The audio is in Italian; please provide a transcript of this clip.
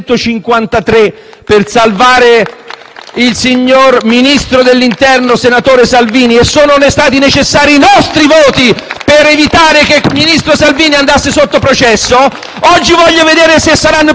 il signor ministro dell'interno, senatore Salvini, e sono stati necessari i nostri voti per evitare che il ministro Salvini andasse sotto processo. Oggi voglio vedere se saranno più di 153 i voti che salveranno lei,